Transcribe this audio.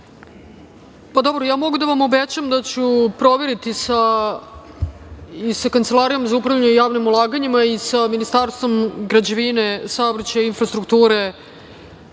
Dobro, ja mogu da vam obećam da ću proveriti i sa Kancelarijom za upravljanje javnim ulaganjima i sa Ministarstvom građevine, saobraćaja i infrastrukture